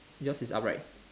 yours is upright